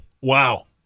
wow